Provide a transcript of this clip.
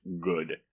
good